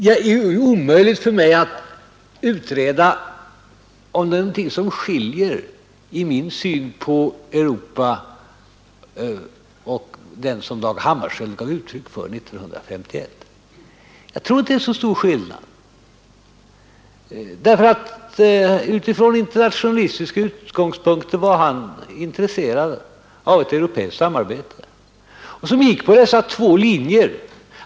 Det är omöjligt för mig att direkt utreda om det är någonting som skiljer min syn på Europa från den som Dag Hammarskjöld gav uttryck för 1951, men jag tror inte att skillnaden är så stor. Från internationalistiska utgångspunkter var Dag Hammarskjöld intresserad av ett europeiskt samarbete som gick på två linjer.